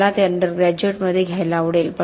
मला ते अंडर ग्रॅज्युएटमध्ये घ्यायला आवडेल